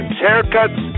haircuts